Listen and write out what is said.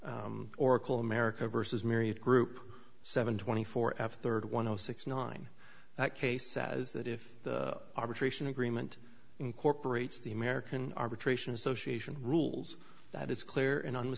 oracle america versus myriad group seven twenty four f third one zero six nine that case says that if the arbitration agreement incorporates the american arbitration association rules that is clear and un